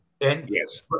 Yes